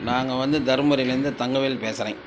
நாங்கள் வந்து தர்மபுரியில இருந்து தங்கவேல் பேசுறேன்